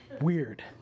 weird